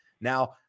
Now